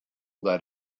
that